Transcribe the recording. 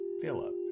Philip